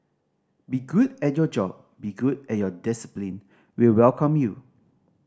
be good at your job be good at your discipline we'll welcome you